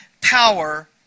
power